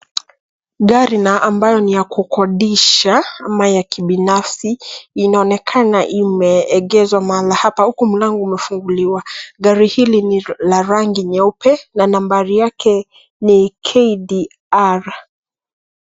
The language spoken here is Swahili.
Gari amayao ni ya kukodisha ama ya kibinafsi inaonekana imeegezwa mahala hapa huku mlango umefunguliwa. Gari hili ni rangi nyeupe na nambari yake ni KDR.